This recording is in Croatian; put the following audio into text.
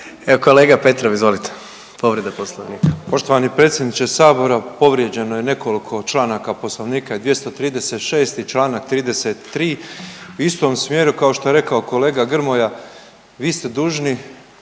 predsjedniče Sabora, povrijeđeno je nekoliko članaka Poslovnika i 236, čl. 33 u istom smjeru kao što je rekao kolega Grmoja, vi ste dužni